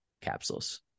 capsules